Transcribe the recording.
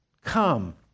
come